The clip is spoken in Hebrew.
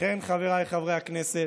לכן, חבריי חברי הכנסת,